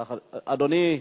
אדוני,